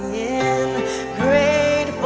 in grateful